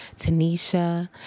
Tanisha